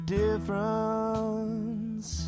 difference